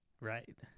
Right